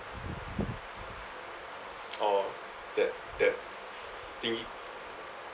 orh that that thingy